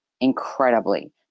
incredibly